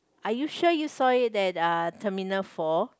are you sure you saw it at uh terminal four